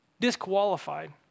Disqualified